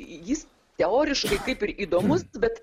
jis teoriškai kaip ir įdomus bet